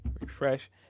refresh